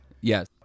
Yes